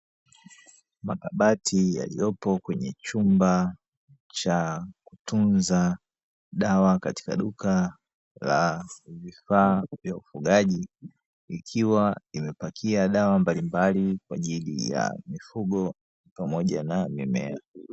Makabati yaliyopo kwenye chumba cha kutunza dawa katika duka la vifaa vya ufugaji, likiwa limepakia dawa mbalimbali kwa ajili ya mifugo pamoja na mimea.